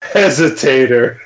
hesitator